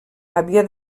havia